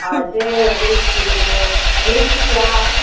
हय ते एक कील मूग रेट कितलो आहा